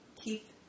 Keith